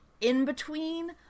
in-between